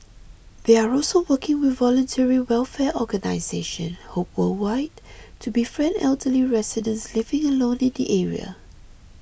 they are also working with voluntary welfare organisation hope worldwide to befriend elderly residents living alone in the area